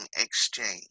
exchange